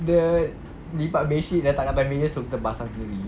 dia lipat bed sheet letak kat atas meja suruh kita pasang sendiri